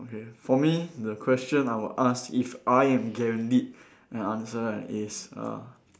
okay for me the question I would ask if I am guaranteed an answer is uh